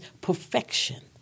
perfection